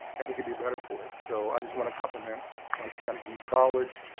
and we can be better for it. so i just want to compliment johnson county community college,